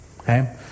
okay